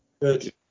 good